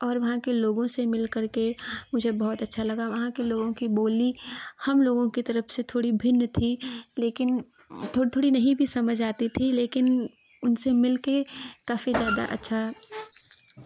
और वहाँ के लोगों से मिलकर के मुझे बहुत अच्छा लगा वहाँ के लोगों की बोली हम लोगों की तरफ से थोड़ी भिन्न थी लेकिन थोड़ी थोड़ी नहीं भी समझ आती थी लेकिन उनसे मिल के काफ़ी ज़्यादा अच्छा